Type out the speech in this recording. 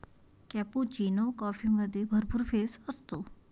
cappuccino कॉफीमध्ये भरपूर फेस असतो